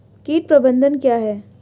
कीट प्रबंधन क्या है?